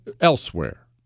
elsewhere